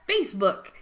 Facebook